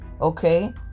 Okay